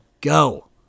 go